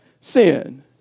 Sin